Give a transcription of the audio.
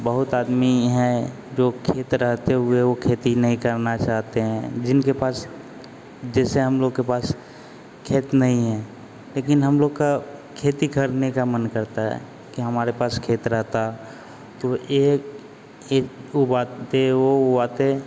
बहुत आदमी हैं जो खेत रहते हुए वो खेती नहीं करना चाहते हैं जिनके पास जैसे हम लोग के पास खेत नहीं है लेकिन हम लोग का खेती करने का मन करता है कि हमारे पास खेत रहता तो एक एक उगाते वह उगाते